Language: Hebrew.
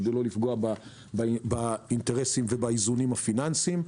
כדי לא לפגוע באינטרסים ובאיזונים הפיננסיים.